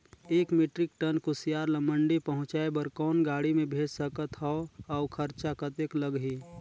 एक metric tonne कुसियार ल मंडी पहुंचाय बर कौन गाड़ी मे भेज सकत हव अउ खरचा कतेक लगही?